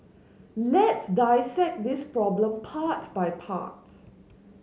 let's dissect this problem part by part